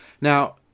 Now